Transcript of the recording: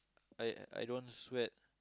I I I don't sweat